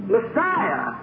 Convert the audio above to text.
Messiah